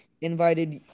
invited